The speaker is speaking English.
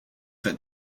that